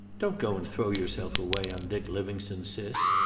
don't go and throw yourself away on dick livingstone, sis.